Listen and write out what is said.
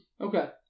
Okay